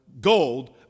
Gold